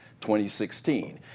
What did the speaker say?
2016